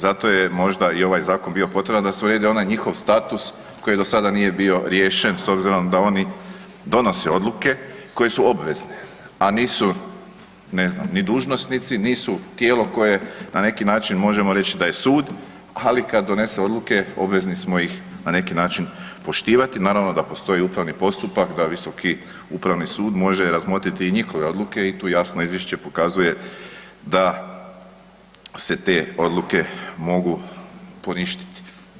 Zato je možda i ovaj zakon bio potreban da se uredi onaj njihov status koji do sada nije bio riješen s obzirom da oni donose odluke koje su obvezne, a nisu, ne znam, ni dužnosnici nisu tijelo koje na neki način možemo reći da je sud, ali kad donese odluke obvezni smo ih na neki način poštivati, naravno da postoji upravni postupak da visoki upravni sud može razmotriti i njihove odluke i tu jasno izvješće pokazuje da se te odluke mogu poništiti.